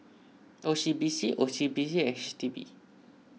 O C B C O C B C H D B